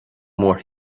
mór